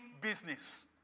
business